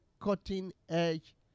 cutting-edge